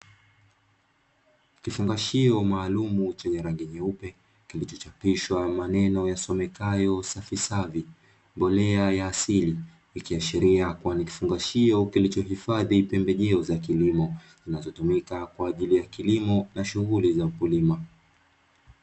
Kifungashio maalumu chenye rangi nyeupe, kilichochapishwa maneno yasomekayo "savisavi mbolea ya asili", ikiashiria kuwa ni kifungashio kilichohifadhi pembejeo za kilimo, zinazotumika kwa ajili ya kilimo na shughuli za wakulima.